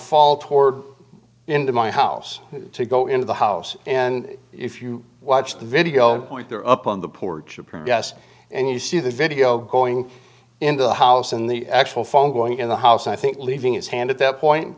fall toward into my house to go into the house and if you watch the video point they're up on the porch or progress and you see the video going into the house and the actual phone going in the house i think leaving his hand at that point